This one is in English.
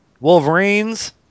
wolverines